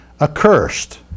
accursed